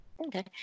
Okay